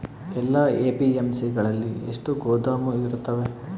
ಎಲ್ಲಾ ಎ.ಪಿ.ಎಮ್.ಸಿ ಗಳಲ್ಲಿ ಎಷ್ಟು ಗೋದಾಮು ಇರುತ್ತವೆ?